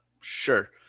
Sure